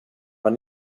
vad